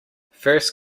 first